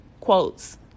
quotes